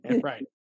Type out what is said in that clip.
Right